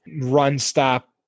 run-stop